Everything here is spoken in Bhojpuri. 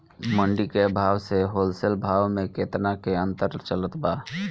मंडी के भाव से होलसेल भाव मे केतना के अंतर चलत बा?